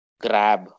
grab